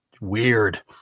weird